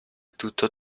tutto